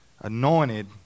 Anointed